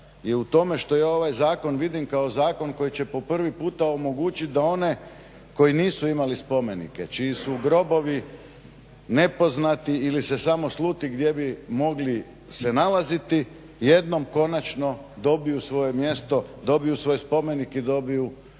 je u tome što ja ovaj zakon vidim kao zakon koji će po prvi puta omogućit da one koji nisu imali spomenike, čiji su grobovi nepoznati ili se samo sluti gdje bi mogli se nalaziti jednom konačno dobiju svoje mjesto, dobiju svoj spomenik i dobiju